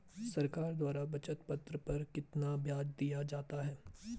सरकार द्वारा बचत पत्र पर कितना ब्याज दिया जाता है?